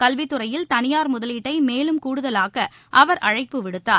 கல்வித்துறையில் தனியார் முதலீட்டை மேலும் கூடுதலாக்க அவர் அழைப்பு விடுத்தார்